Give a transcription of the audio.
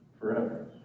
forever